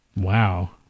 Wow